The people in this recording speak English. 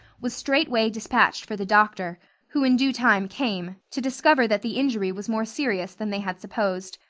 was straightway dispatched for the doctor, who in due time came, to discover that the injury was more serious than they had supposed.